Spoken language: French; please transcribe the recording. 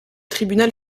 tribunal